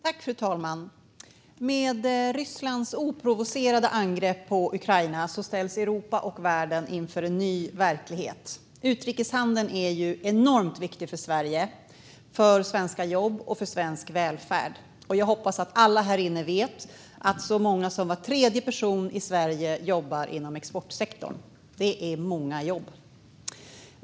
Fru talman! Med Rysslands oprovocerade angrepp på Ukraina ställs Europa och världen inför en ny verklighet. Utrikeshandeln är enormt viktig för Sverige, för svenska jobb och för svensk välfärd. Jag hoppas att alla här inne vet att så många som var tredje person i Sverige jobbar inom exportsektorn. Det är många jobb.